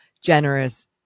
generous